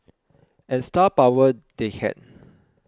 and star power they had